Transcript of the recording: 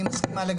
אני מסכימה לגמרי.